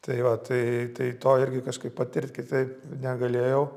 tai va tai tai to irgi kažkaip patirt kitaip negalėjau